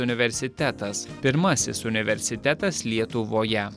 universitetas pirmasis universitetas lietuvoje